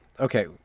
Okay